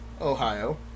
ohio